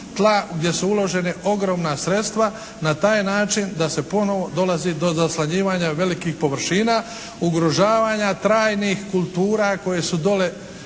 tla gdje su uložena ogromna sredstva, na taj način da se ponovo dolazi do zaslanjivanja velikih površina, ugrožavanja trajnih kultura koje su dole